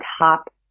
top